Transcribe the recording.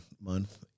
month